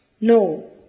No